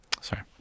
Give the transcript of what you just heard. Sorry